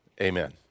amen